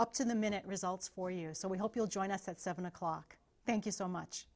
up to the minute results for years so we hope you'll join us at seven o'clock thank you so much